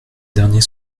derniers